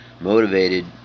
motivated